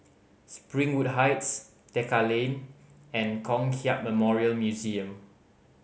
Springwood Heights Tekka Lane and Kong Hiap Memorial Museum